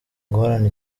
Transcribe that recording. guhorana